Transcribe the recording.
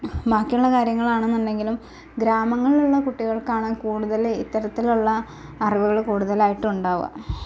ബാക്കിയുള്ള കാര്യങ്ങൾ ആണെന്നുണ്ടെങ്കിലും ഗ്രാമങ്ങളിലുള്ള കുട്ടികൾക്കാണ് കൂടുതൽ ഇത്തരത്തിലുള്ള അറിവുകൾ കൂടുതലായിട്ട് ഉണ്ടാവുക